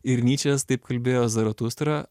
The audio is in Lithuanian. ir nyčės taip kalbėjo zaratustra